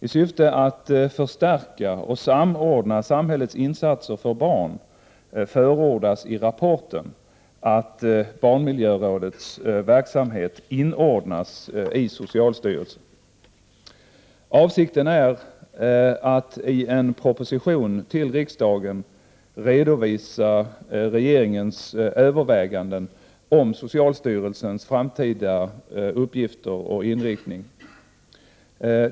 I syfte att förstärka och samordna samhällets insatser för barn förordas i rapporten att barnmiljörådets verksamhet inordnas i socialstyrelsen. Avsikten är att i en proposition till riksdagen redovisa regeringens överväganden om socialstyrelsens framtida uppgifter och inriktning.